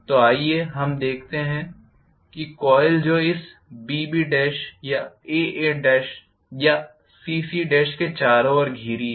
तो आइए हम कहते हैं कि कोइल जो इस B और B या A और A या C और C के चारों ओर घिरी है